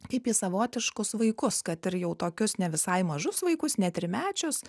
kaip į savotiškus vaikus kad ir jau tokius ne visai mažus vaikus ne trimečius